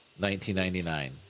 1999